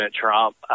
Trump